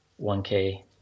1k